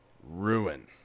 ruin